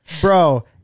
Bro